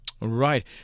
Right